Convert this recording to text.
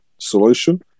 solution